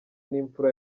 n’imfura